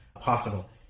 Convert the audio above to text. possible